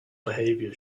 behaviour